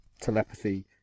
telepathy